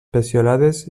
peciolades